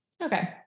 okay